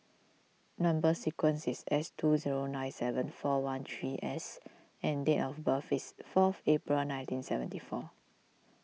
Number Sequence is S two zero nine seven four one three S and date of birth is fourth April nineteen seventy four